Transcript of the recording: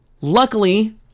Luckily